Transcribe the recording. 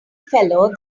fellow